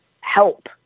help